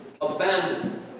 Abandoned